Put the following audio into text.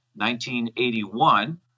1981